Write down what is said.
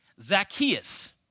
Zacchaeus